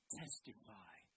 testify